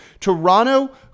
toronto